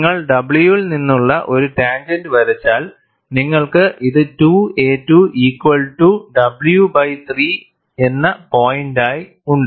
നിങ്ങൾ W ൽ നിന്നുള്ള ഒരു ടാൻജെന്റ് വരച്ചാൽ നിങ്ങൾക്ക് ഇത് 2a2 ഈക്വൽ ടു Wബൈ 3 എന്ന പോയിന്റായി ഉണ്ട്